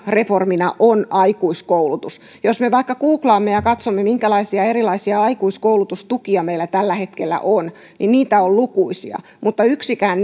reformina on aikuiskoulutus jos me vaikka googlaamme ja katsomme minkälaisia erilaisia aikuiskoulutustukia meillä tällä hetkellä on niin niitä on lukuisia mutta yksikään